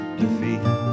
defeat